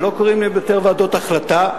שלא קוראים להן יותר "ועדות החלטה"